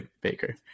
Baker